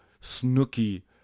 snooky